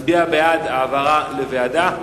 מצביע בעד העברה לוועדה.